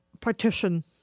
partition